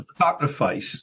sacrifice